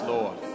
Lord